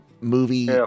movie